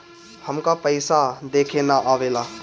हमका पइसा देखे ना आवेला?